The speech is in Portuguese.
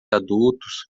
adultos